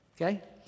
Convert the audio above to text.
Okay